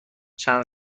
چند